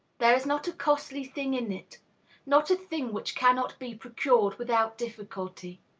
there is not a costly thing in it not a thing which cannot be procured without difficulty.